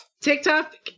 TikTok